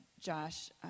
Josh